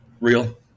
Real